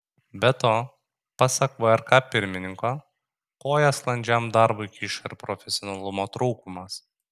be to pasak vrk pirmininko koją sklandžiam darbui kiša ir profesionalumo trūkumas